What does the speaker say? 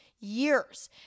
years